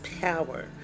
power